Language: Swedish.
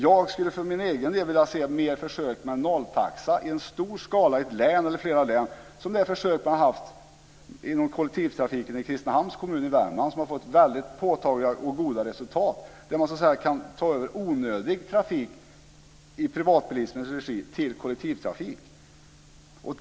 Jag skulle för min egen del vilja se fler försök med nolltaxa i en stor skala i ett län eller i flera län som det försök som man har haft inom kollektivtrafiken i Kristinehamns kommun i Värmland som har fått väldigt påtagliga och goda resultat, där man så att säga kan överföra onödig trafik i privatbilismens regi till kollektivtrafik.